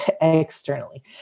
externally